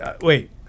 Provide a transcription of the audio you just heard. wait